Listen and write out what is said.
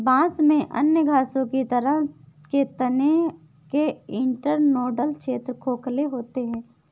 बांस में अन्य घासों की तरह के तने के इंटरनोडल क्षेत्र खोखले होते हैं